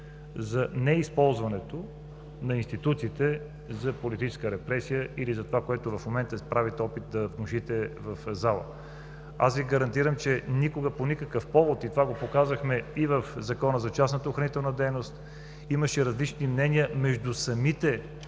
за неизползването на институциите за политическа репресия или за това, което в момента правите опит да внушите в залата. Аз Ви гарантирам, че никога, по никакъв повод – и това го показахме и в Закона за частната охранителна дейност, имаше различни мнения между самите